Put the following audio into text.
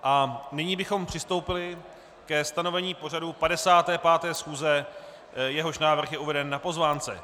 A nyní bychom přistoupili ke stanovení pořadu 55. schůze, jehož návrh je uveden na pozvánce.